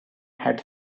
had